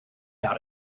about